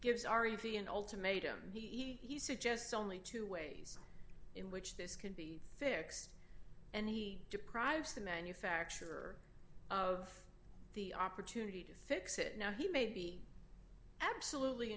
gives our easy an ultimatum he suggests only two ways in which this can be fixed and he deprives the manufacturer of the opportunity to fix it now he may be absolutely